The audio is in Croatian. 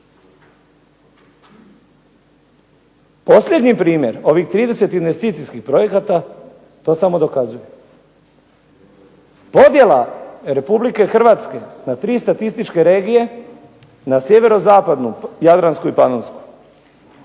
Posljednji primjer ovih 30 investicijskih projekata, to samo dokazuje. Podjela Republike Hrvatske na tri statističke regije, na Sjeverozapadnu, Jadransku i Planinsku